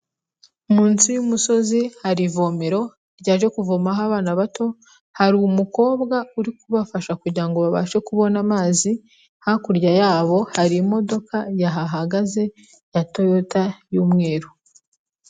Munsi y'umusozi hari ivomero ryaje kuvomaho abana bato, hari umukobwa uri kubafasha kugira ngo babashe kubona amazi, hakurya yabo hari imodoka yahahagaze ya toyota y'umweru.